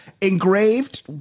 Engraved